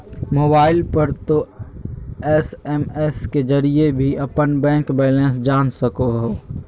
mobile पर तों SMS के जरिए भी अपन बैंक बैलेंस जान सको हो